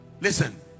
Listen